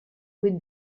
vuit